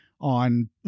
on